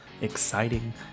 exciting